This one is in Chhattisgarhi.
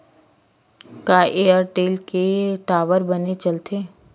का एयरटेल के टावर बने चलथे?